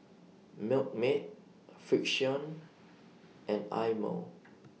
Milkmaid Frixion and Eye Mo